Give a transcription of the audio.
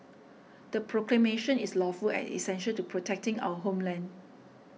the proclamation is lawful and essential to protecting our homeland